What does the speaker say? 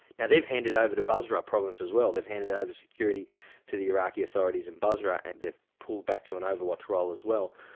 now they've handed over to bazra province as well, they've handed over security to the iraqi authorities in basra and they've pulled back to an overwatch role as well.